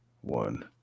one